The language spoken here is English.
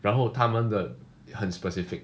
然后他们的很 specific